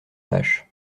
tâche